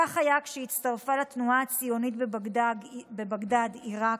כך היה כשהצטרפה לתנועה הציונית בבגדד, עיראק,